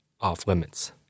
off-limits